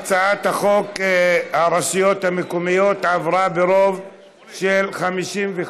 הצעת חוק הרשויות המקומיות עברה ברוב של 55,